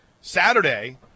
Saturday